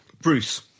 Bruce